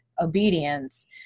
obedience